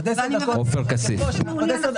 עופר כסיף, בבקשה.